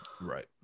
Right